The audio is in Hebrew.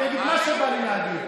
אני אגיד מה שבא לי להגיד.